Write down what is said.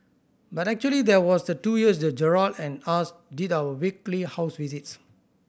but actually there was the two years that Gerald and us did our weekly house visits